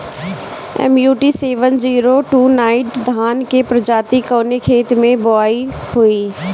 MUT seven zero two nine धान के प्रजाति कवने खेत मै बोआई होई?